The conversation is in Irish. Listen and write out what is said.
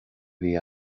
bhí